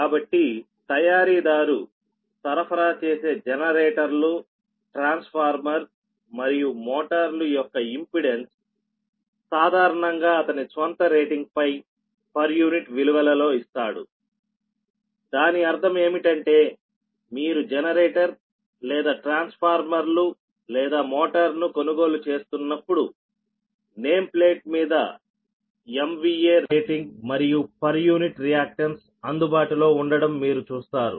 కాబట్టి తయారీదారు సరఫరా చేసే జనరేటర్లు ట్రాన్స్ఫార్మర్ మరియు మోటార్లు యొక్క ఇంపెడెన్స్ సాధారణంగా అతని స్వంత రేటింగ్పై పర్ యూనిట్ విలువలలో ఇస్తాడు దాని అర్థం ఏమిటంటే మీరు జెనరేటర్ లేదా ట్రాన్స్ఫార్మర్లు లేదా మోటారును కొనుగోలు చేస్తున్నప్పుడునేమ్ ప్లేట్ మీద MVA రేటింగ్ మరియు పర్ యూనిట్ రియాక్టన్స్ అందుబాటులో ఉండటం మీరు చూస్తారు